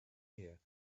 here